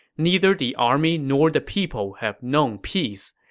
neither the army nor the people have known peace.